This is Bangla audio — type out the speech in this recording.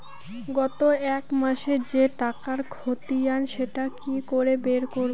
গত এক মাসের যে টাকার খতিয়ান সেটা কি করে বের করব?